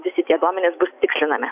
visi tie duomenys bus tikrinami